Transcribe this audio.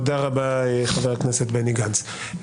תודה רבה, חבר הכנסת בני גנץ.